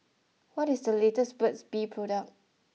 what is the latest Burt's Bee product